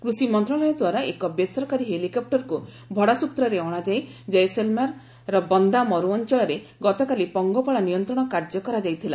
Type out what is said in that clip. କୃଷି ମନ୍ତ୍ରଣାଳୟ ଦ୍ୱାରା ଏକ ବେସରକାରୀ ହେଲିକପୂରକୁ ଭଡ଼ା ସୂତ୍ରରେ ଅଣାଯାଇ ଜୟସଲ୍ମେର୍ର ବନ୍ଦା ମରୁ ଅଞ୍ଚାରେ ଗତକାଲି ପଙ୍ଗପାଳ ନିୟନ୍ତ୍ରଣ କାର୍ଯ୍ୟ କରାଯାଇଥିଲା